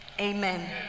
Amen